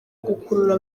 gukurura